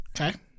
Okay